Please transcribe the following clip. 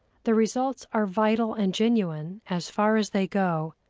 the results are vital and genuine as far as they go,